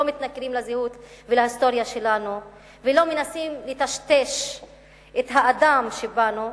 לא מתנכרים לזהות ולהיסטוריה שלנו ולא מנסים לטשטש את האדם שבנו,